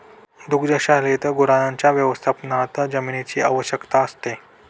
दुग्धशाळेत गुरांच्या व्यवस्थापनात जमिनीची आवश्यकता असते